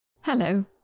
Hello